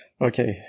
okay